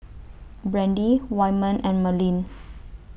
Brandie Wyman and Merlene